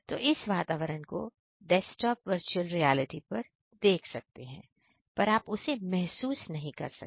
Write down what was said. तो इस वातावरण को डेक्सटॉप वर्चुअल रियलिटी पर देख सकते हैं पर आप उसे महसूस नहीं कर सकते